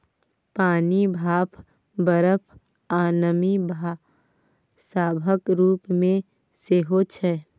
पानि, भाप, बरफ, आ नमी सभक रूप मे सेहो छै